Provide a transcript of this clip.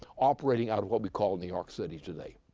operating out of what we call new york city, today.